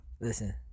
Listen